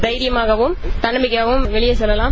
தைரியமாகவும் தன்னம்பிக்கையுடனும் வெளியே செல்லலாம்